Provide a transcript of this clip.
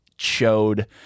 showed